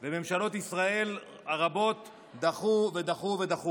וממשלות ישראל הרבות דחו ודחו ודחו.